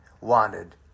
wanted